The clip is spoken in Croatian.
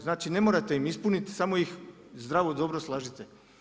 Znače ne morate im ispunit samo ih zdravo dobro slažite.